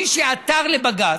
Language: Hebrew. מי שעתר לבג"ץ,